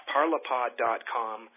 Parlapod.com